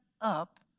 up